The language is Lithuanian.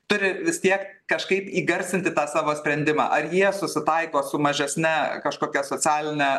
turi vis tiek kažkaip įgarsinti tą savo sprendimą ar jie susitaiko su mažesne kažkokia socialine